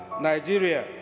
Nigeria